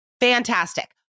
fantastic